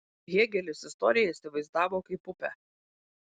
hėgelis istoriją įsivaizdavo kaip upę